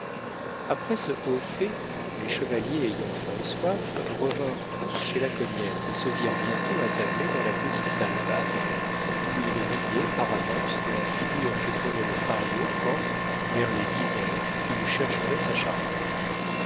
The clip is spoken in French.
après ce haut fait les chevaliers ayant faim et soif revinrent tous chez la cognette et se virent bientôt attablés dans la petite salle basse où ils riaient par avance de la figure que ferait le fario quand vers les dix heures il chercherait sa charrette